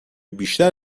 بیشتر